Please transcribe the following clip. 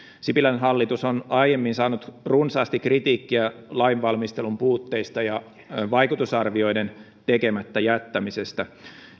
sipilän hallitus on aiemmin saanut runsaasti kritiikkiä lainvalmistelun puutteista ja vaikutusarvioiden tekemättä jättämisestä